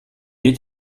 est